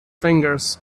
fingers